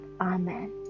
Amen